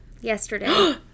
yesterday